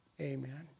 Amen